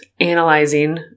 analyzing